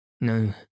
No